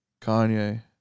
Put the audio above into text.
Kanye